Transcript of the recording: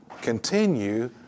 continue